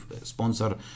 sponsor